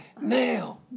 Now